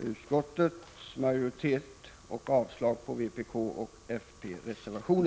utskottets hemställan och avslag på vpkoch fp-reservationen.